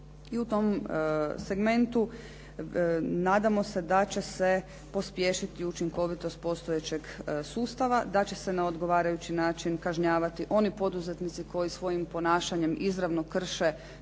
i u tom segmentu nadamo se da će se pospješiti učinkovitost postojećeg sustava, da će se na odgovarajući način kažnjavati oni poduzetnici koji svojim ponašanjem izravno krše slobodu